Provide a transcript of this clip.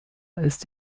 ist